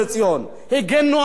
הגנו על העובדים,